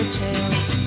tales